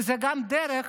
וזו גם הדרך